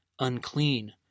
unclean